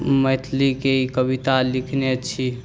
मैथिलीके ई कविता लिखने छी